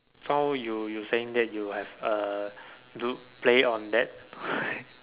so you you saying that you have uh do play on that